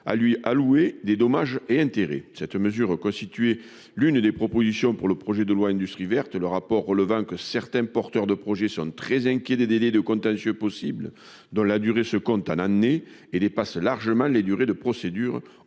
à lui allouer des dommages et intérêts. Cette mesure constituait l'une des propositions formulées par les pilotes pour le présent projet de loi. Ainsi, leur rapport note :« Certains porteurs de projets sont très inquiets des délais de contentieux possibles, dont la durée se compte en années et dépasse largement les durées de procédure,